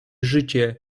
życie